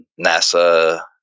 NASA